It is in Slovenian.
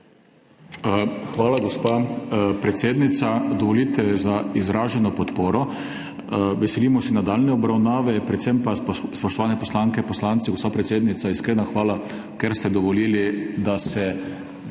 Hvala, gospa predsednica. Dovolite za izraženo podporo. Veselimo se nadaljnje obravnave, predvsem pa spoštovane poslanke, poslanci, gospa predsednica, iskrena hvala, ker ste dovolili, da se današnji